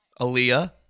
Aaliyah